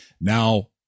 Now